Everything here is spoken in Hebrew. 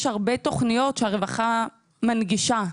יש הרבה תוכניות שהרווחה מנגישה,